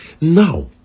Now